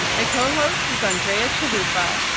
my co-host is andre ah chalupa,